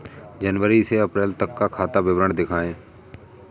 जनवरी से अप्रैल तक का खाता विवरण दिखाए?